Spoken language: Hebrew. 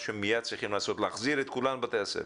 שצריכים לעשות ולהחזיר את כולם לבית הספר.